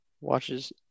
watches